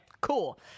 cool